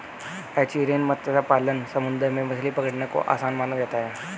estuarine मत्स्य पालन समुंदर में मछली पकड़ने से आसान माना जाता है